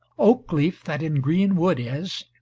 oak-leaf, that in green wood is,